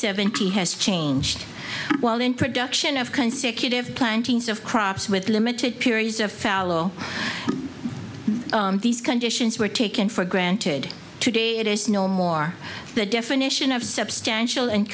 seventy has changed while in production of consecutive plantings of crops with limited periods a fellow these conditions were taken for granted today it is no more the definition of substantial and